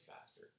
faster